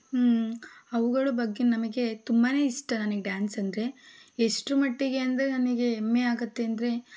ಅವುಗಳ ಬಗ್ಗೆ ನಮಗೆ ತುಂಬ ಇಷ್ಟ ನನಗೆ ಡ್ಯಾನ್ಸ್ ಅಂದರೆ ಎಷ್ಟರ ಮಟ್ಟಿಗೆ ಅಂದರೆ ನನಗೆ ಹೆಮ್ಮೆ ಆಗುತ್ತೆ ಅಂದರೆ